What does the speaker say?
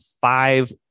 five